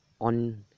on